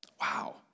Wow